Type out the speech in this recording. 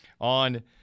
On